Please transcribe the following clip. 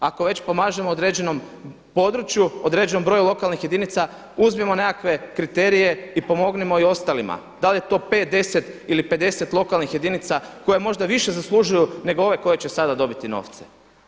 Ako već pomažemo određenom području, određenom broju lokalnih jedinica uzmimo nekakve kriterije i pomognimo i ostalima, da li je to 5, 10 ili 50 lokalnih jedinica koja možda više zaslužuju nego ove koje će sada dobiti novce.